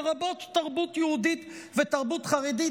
לרבות תרבות יהודית ותרבות חרדית,